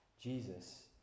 Jesus